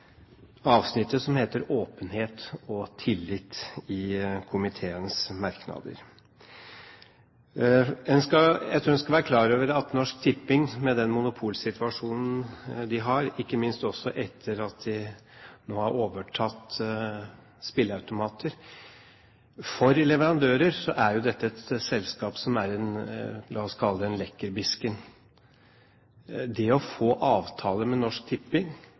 avsnittet som heter «Åpenhet og tillit» i komiteens merknader. Jeg tror en skal være klar over at Norsk Tipping – med den monopolsituasjonen de har, ikke minst også etter at de nå har overtatt spilleautomater – for leverandører er et selskap som er en lekkerbisken, la oss kalle det det. Å få avtaler med Norsk Tipping